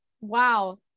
Wow